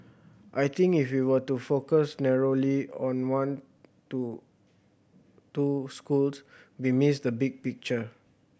I think if you were to focus narrowly on one to two schools we miss the big picture